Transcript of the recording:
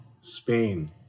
Spain